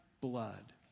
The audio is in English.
blood